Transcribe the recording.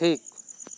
ᱴᱷᱤᱠ